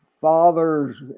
fathers